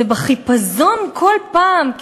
זה החיפזון כל פעם.